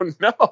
No